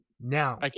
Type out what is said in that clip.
Now